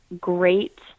great